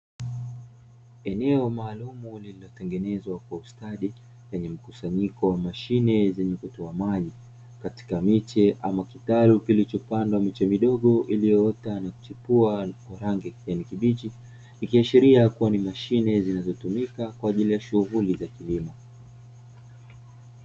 Eneo maalumu, lililotengenezwa kwa ustadi, lenye mkusanyiko wa mashine zenye kutoa maji katika miche ama kitalu, kilichopandwa miche midogo iliyoota na kuchipua kwa rangi ya kijani kibichi, ikiashiria kuwa ni mashine zinazotumika kwa ajili ya shughuli za kilimo.